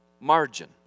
margin